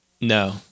No